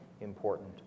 important